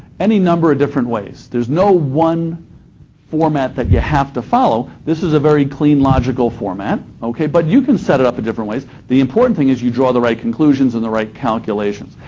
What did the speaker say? any number of different ways. there's no one format that you have to follow. this is a very clean, logical format, okay, but you can set it up a different way. the important thing is you draw the right conclusions and the right calculations.